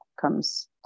comes